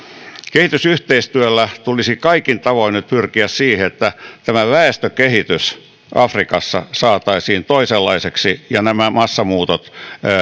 kehitysyhteistyöllä tulisi kaikin tavoin nyt pyrkiä siihen että tämä väestönkehitys afrikassa saataisiin toisenlaiseksi ja nämä massamuutot